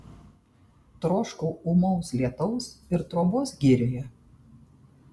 troškau ūmaus lietaus ir trobos girioje